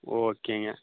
ஓகேங்க